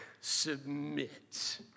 Submit